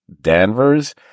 Danvers